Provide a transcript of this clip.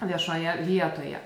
viešoje vietoje